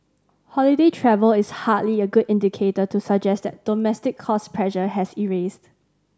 holiday travel is hardly a good indicator to suggest that domestic cost pressure has eased